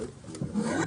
הישיבה ננעלה בשעה 10:07.